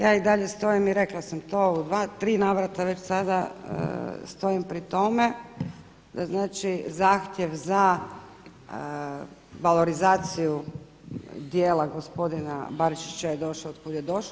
Ja i dalje stojim i rekla sam to u dva, tri navrata već sada, stojim pri tome da znači zahtjev za valorizaciju dijela gospodina Barišića je došao od kuda je došao.